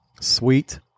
sweet